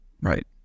Right